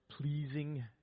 pleasing